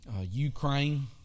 Ukraine